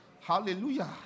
Hallelujah